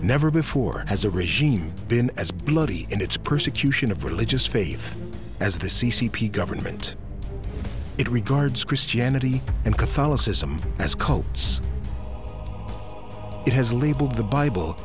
never before has a regime been as bloody in its persecution of religious faith as the c c p government it regards christianity and catholicism as cults it has labeled the bible